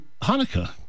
Hanukkah